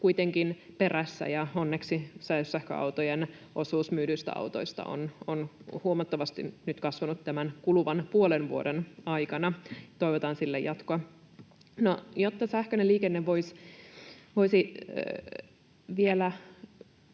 kuitenkin perässä, ja onneksi sähköautojen osuus myydyistä autoista on huomattavasti kasvanut nyt tämän kuluvan puolen vuoden aikana. Toivotaan sille jatkoa. No, jotta sähköinen liikenne voisi vielä